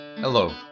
Hello